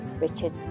Richard